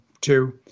two